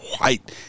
white